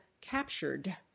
captured